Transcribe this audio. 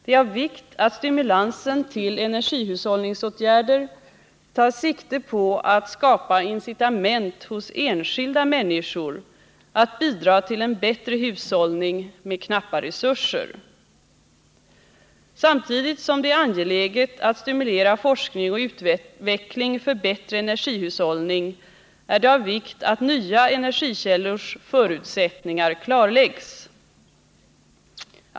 Det är av vikt att stimulansen till energihushållningsåtgärder tar sikte på att skapa incitament hos enskilda människor att bidra till en bättre hushållning med knappa resurser. Samtidigt som det är angeläget att vi stimulerar forskningsoch utvecklingsarbetet för bättre energihushållning är det av vikt att nya energikällors förutsättningar klarläggs.